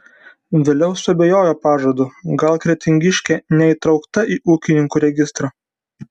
vėliau suabejojo pažadu gal kretingiškė neįtraukta į ūkininkų registrą